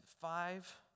five